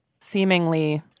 seemingly